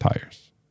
tires